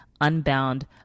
unbound